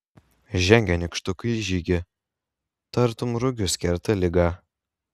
žengia nykštukai į žygį tartum rugius kerta ligą